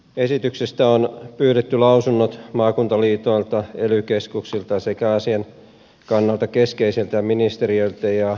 esityksestä on pyydetty lausunnot maakuntaliitoilta ely keskuksilta sekä asian kannalta keskeisiltä ministeriöiltä ja etujärjestöiltä